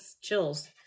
chills